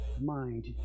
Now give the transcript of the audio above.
mind